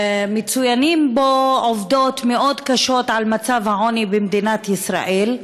מצוינות בו עובדות קשות מאוד על מצב העוני במדינת ישראל.